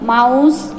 Mouse